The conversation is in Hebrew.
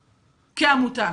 כעמותה.